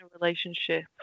relationship